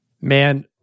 Man